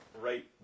right